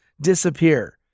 disappear